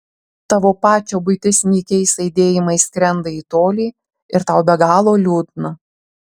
tavo pačio buitis nykiais aidėjimais skrenda į tolį ir tau be galo liūdna